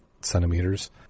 centimeters